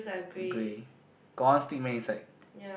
grey got one stick man inside